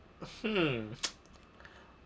mm